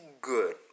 good